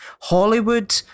Hollywood